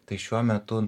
tai šiuo metu